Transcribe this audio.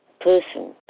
person